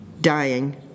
dying